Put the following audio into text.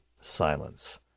silence